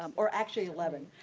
um or actually, eleven.